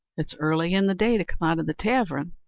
it's early in the day to come out of the tavern.